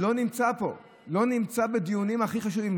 לא נמצא פה בדיונים הכי חשובים.